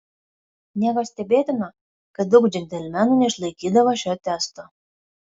nieko stebėtino kad daug džentelmenų neišlaikydavo šio testo